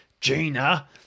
Gina